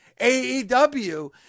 aew